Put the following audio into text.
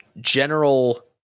general